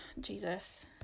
Jesus